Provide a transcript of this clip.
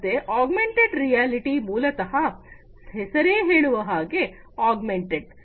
ಮತ್ತೆ augmented reality ಮೂಲತಹ ಹೆಸರೇ ಹೇಳುವ ಹಾಗೆ ಆಗ್ಮೆಂಟೆಡ್